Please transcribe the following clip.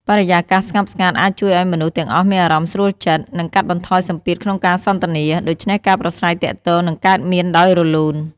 បរិយាកាសស្ងប់ស្ងាត់ អាចជួយឲ្យមនុស្សទាំងអស់មានអារម្មណ៍ស្រួលចិត្ត និងកាត់បន្ថយសម្ពាធក្នុងការសន្ទនា ដូច្នេះការប្រាស្រ័យទាក់ទងនឹងកើតមានដោយរលូន។